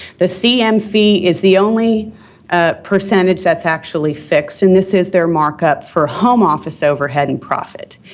the cm fee is the only ah percentage that's actually fixed, and this is their markup for home office overhead and profit.